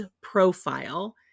profile